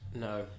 no